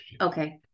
Okay